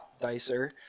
Dicer